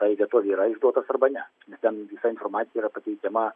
tai vietovei yra išduotas arba ne nes ten visa informacija yra pateikiama